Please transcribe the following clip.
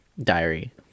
diary